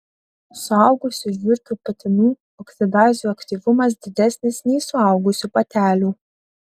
suaugusių žiurkių patinų oksidazių aktyvumas didesnis nei suaugusių patelių